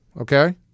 okay